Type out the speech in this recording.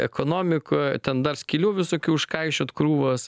ekonomikoj ten dar skylių visokių užkaišiot krūvos